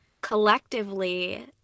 collectively